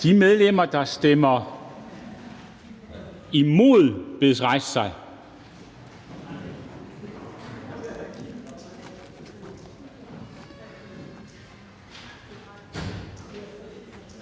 De medlemmer, der stemmer for, bedes rejse sig.